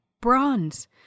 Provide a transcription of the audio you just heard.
Bronze